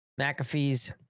McAfee's